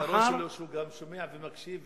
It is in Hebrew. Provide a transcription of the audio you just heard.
היתרון שלו שהוא גם שומע ומקשיב,